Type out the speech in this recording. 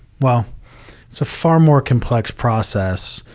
well, it's a far more complex process